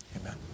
amen